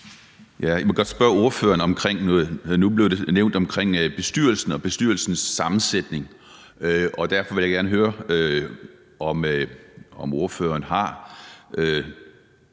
der nævnt noget om bestyrelsen og bestyrelsens sammensætning. Derfor vil jeg gerne høre, om ordføreren har